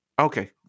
Okay